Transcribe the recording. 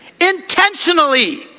Intentionally